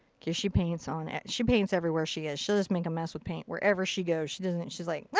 cause she paints on it. she paints everywhere she is. she'll just make a mess with paint wherever she goes. she doesn't she's like, like